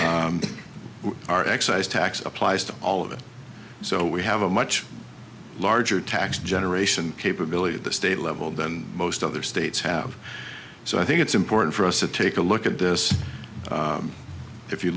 sort are excise tax applies to all of it so we have a much larger tax generation capability at the state level than most other states have so i think it's important for us to take a look at this if you